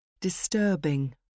Disturbing